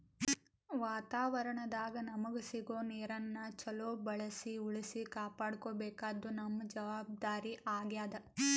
ವಾತಾವರಣದಾಗ್ ನಮಗ್ ಸಿಗೋ ನೀರನ್ನ ಚೊಲೋ ಬಳ್ಸಿ ಉಳ್ಸಿ ಕಾಪಾಡ್ಕೋಬೇಕಾದ್ದು ನಮ್ಮ್ ಜವಾಬ್ದಾರಿ ಆಗ್ಯಾದ್